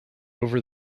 over